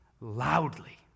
loudly